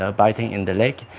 ah biting in the leg